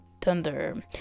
Thunder